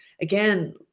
again